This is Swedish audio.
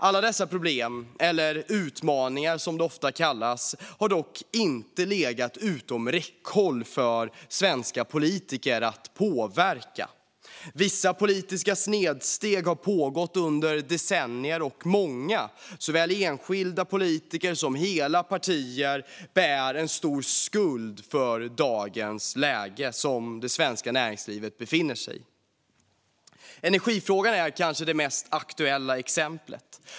Alla dessa problem, eller utmaningar som det ofta kallas, har dock inte legat utom räckhåll för svenska politiker att påverka. Vissa politiska snedsteg har pågått under decennier. Många, såväl enskilda politiker som hela partier, bär stor skuld för det läge som svenska näringslivet befinner sig i. Energifrågan är kanske det mest aktuella exemplet.